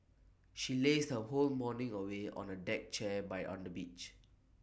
she lazed her whole morning away on A deck chair by on the beach